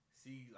see